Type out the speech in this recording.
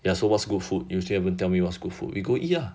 ya so what's good food you still haven't tell me what's good food we go eat ah